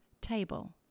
table